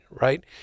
right